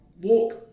walk